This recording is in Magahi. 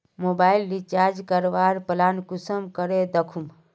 मोबाईल रिचार्ज करवार प्लान कुंसम करे दखुम?